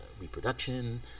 reproduction